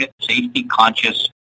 safety-conscious